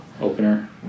opener